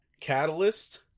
catalyst